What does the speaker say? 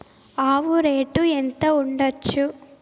ఆవు రేటు ఎంత ఉండచ్చు?